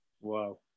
Wow